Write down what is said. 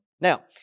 Now